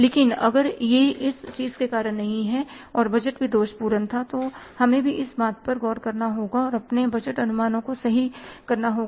लेकिन अगर यह इस चीज के कारण नहीं है और बजट भी दोष पूर्ण था तो हमें भी इस पर गौर करना होगा और अपने बजट अनुमानों को सही करना होगा